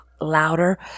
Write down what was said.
louder